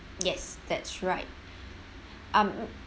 yes that's right um